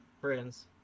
friends